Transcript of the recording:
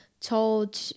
told